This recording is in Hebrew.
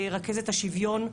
רכזת השוויון.